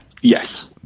Yes